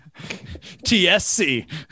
tsc